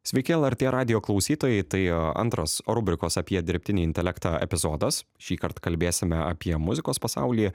sveiki lrt radijo klausytojai tai antras rubrikos apie dirbtinį intelektą epizodas šįkart kalbėsime apie muzikos pasaulį